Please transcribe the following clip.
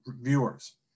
viewers